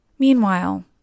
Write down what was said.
Meanwhile